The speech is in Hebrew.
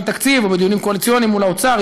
תקציב או בדיונים קואליציוניים מול האוצר,